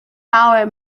power